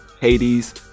Hades